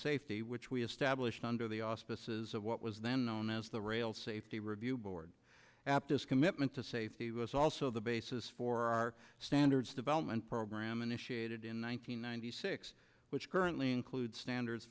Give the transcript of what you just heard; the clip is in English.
safety which we established under the auspices of what was then known as the rail safety review board at this commitment to safety was also the basis for our standards development program initiated in one nine hundred ninety six which currently